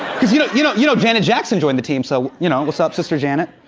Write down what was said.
cause you know you know you know janet jackson joined the team, so you know, what's up sister janet?